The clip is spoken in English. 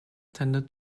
tended